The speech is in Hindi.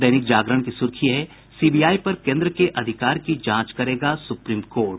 दैनिक जागरण की सुर्खी है सीबीआई पर केन्द्र के अधिकार की जांच करेगा सुप्रीम कोर्ट